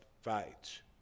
fights